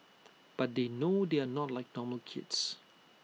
but they know they are not like normal kids